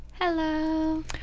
hello